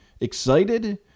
Excited